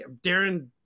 Darren